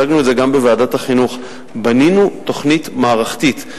הצגנו את זה גם בוועדת החינוך שבנינו תוכנית מערכתית.